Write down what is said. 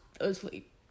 asleep